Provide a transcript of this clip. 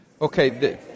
okay